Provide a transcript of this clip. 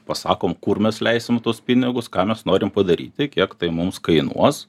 pasakom kur mes leisim tuos pinigus ką mes norime padaryti kiek tai mums kainuos